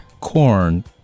Corn